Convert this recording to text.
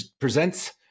presents –